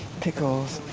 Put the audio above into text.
pickles.